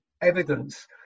evidence